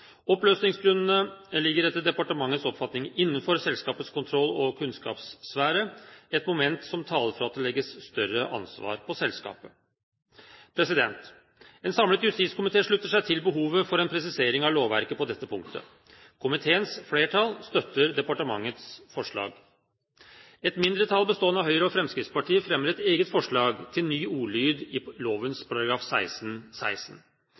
Oppløsningsgrunnene ligger etter departementets oppfatning innenfor selskapets kontroll- og kunnskapssfære – et moment som taler for at det legges større ansvar på selskapet. En samlet justiskomité slutter seg til behovet for en presisering av lovverket på dette punktet. Komiteens flertall støtter departementets forslag. Et mindretall bestående av Høyre og Fremskrittspartiet fremmer et eget forslag til ny ordlyd i